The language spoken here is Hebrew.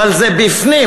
אבל זה בפנים,